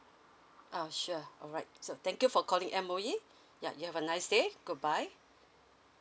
ah sure alright so thank you for calling M_O_E yeah you have a nice day goodbye